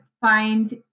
find